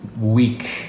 Week